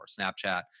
Snapchat